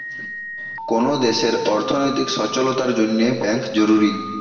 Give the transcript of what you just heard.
কোন দেশের অর্থনৈতিক সচলতার জন্যে ব্যাঙ্ক জরুরি